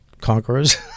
conquerors